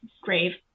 grave